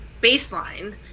baseline